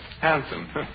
Handsome